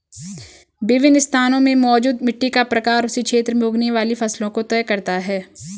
विभिन्न स्थानों में मौजूद मिट्टी का प्रकार उस क्षेत्र में उगने वाली फसलों को तय करता है